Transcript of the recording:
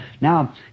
Now